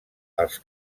els